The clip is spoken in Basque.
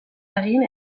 egin